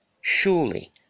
Surely